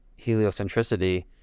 heliocentricity